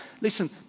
Listen